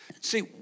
See